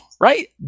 right